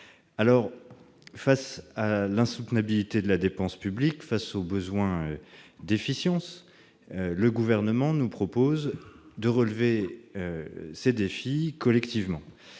l'État. Face à l'insoutenabilité de la dépense publique, face aux besoins d'efficience, le Gouvernement nous propose de relever ces défis collectivement.